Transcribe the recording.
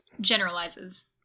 Generalizes